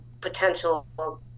potential